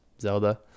zelda